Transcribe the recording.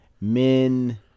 Men